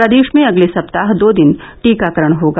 प्रदेश में अगले सप्ताह दो दिन टीकाकरण होगा